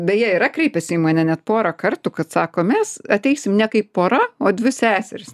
beje yra kreipęsi į mane net porą kartų kad sako mes ateisime ne kaip pora o dvi seserys